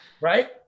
right